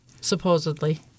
supposedly